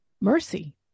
mercy